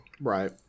Right